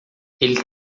ele